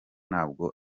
ntabwo